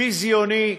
ביזיוני,